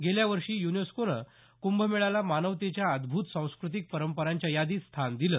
गेल्यावर्षी यूनेस्कोने क्भमेळ्याला मानवतेच्या अद्दत सांस्कृतिक परंपरांच्या यादीत स्थान दिलं